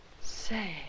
Say